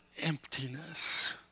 emptiness